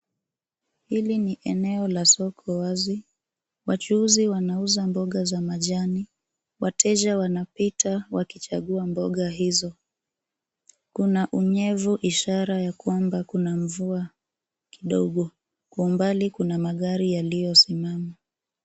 Hili ni eneo la soko wazi. Wachuuzi wanauza mboga za majani. Wateja wanapita wakichagua mboga hizo. Kuna unyevu ishara ya kwamba kuna mvua kidogo. Kwa umbali kuna magari yaliyosimama.